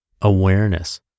awareness